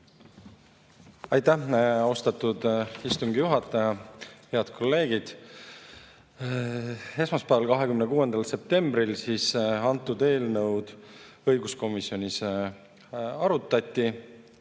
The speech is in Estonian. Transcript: Aitäh, austatud istungi juhataja! Head kolleegid! Esmaspäeval, 26. septembril, seda eelnõu õiguskomisjonis arutati.